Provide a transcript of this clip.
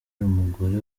umugore